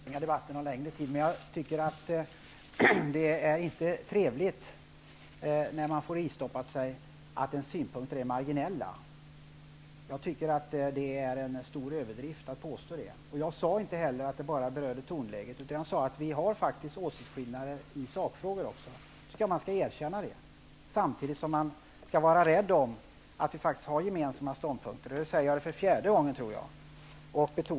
Herr talman! Jag skall inte förlänga debatten särskilt mycket mera. Men jag måste säga att det inte är trevligt att få höra att ens synpunkter är marginella. Jag tycker faktiskt att det är en stor överdrift att påstå något sådant. Jag sade inte att det bara gällde tonläget, utan jag sade att vi faktiskt har olika åsikter också i sakfrågor. Jag tycker att vi skall erkänna att det är så. Men samtidigt skall man värna de ståndpunkter som vi faktiskt har gemensamt. Jag tror att det är fjärde gången jag säger det.